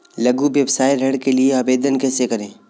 लघु व्यवसाय ऋण के लिए आवेदन कैसे करें?